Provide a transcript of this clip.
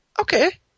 Okay